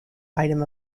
item